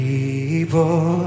People